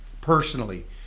personally